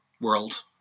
world